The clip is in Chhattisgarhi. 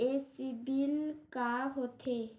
ये सीबिल का होथे?